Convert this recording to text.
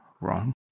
wrong